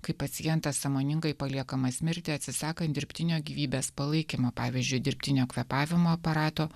kai pacientas sąmoningai paliekamas mirti atsisakant dirbtinio gyvybės palaikymo pavyzdžiui dirbtinio kvėpavimo aparato